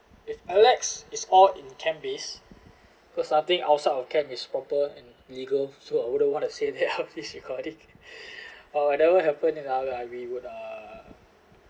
if alex is all in camp based because nothing outside of camp is proper and legal so I wouldn't want to say that this is recording or whatever happened and I'll like we would uh